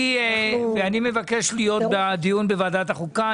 אני מבקש להיות בדיון בוועדת החוקה.